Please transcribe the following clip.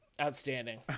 Outstanding